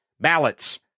ballots